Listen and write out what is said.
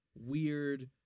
weird